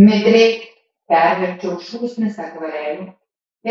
mitriai perverčiau šūsnis akvarelių